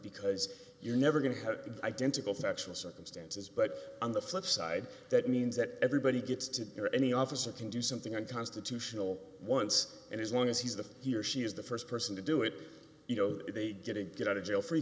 because you're never going to have identical factual circumstances but on the flip side that means that everybody gets to hear any officer can do something unconstitutional once and as long as he's the he or she is the st person to do it you know they get a get out of jail free